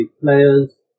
players